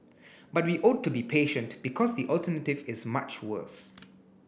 but we ought to be patient because the alternative is much worse